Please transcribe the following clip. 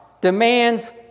demands